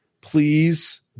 Please